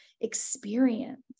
experience